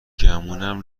گمونم